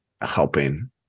helping